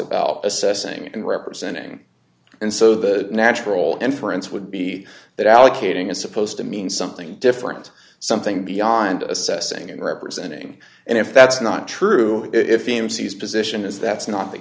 about assessing and representing and so the natural inference would be that allocating is supposed to mean something different something beyond assessing and representing and if that's not true if e m c is position is that's not the